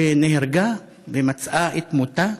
שנהרגה ומצאה את מותה?